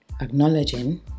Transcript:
acknowledging